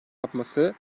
yapması